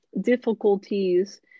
difficulties